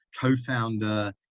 co-founder